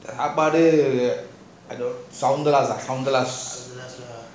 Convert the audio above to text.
சாப்பாடு அது வந்து:sapaadu athu vanthu sound glass ah